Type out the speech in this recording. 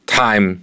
time